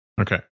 Okay